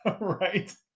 right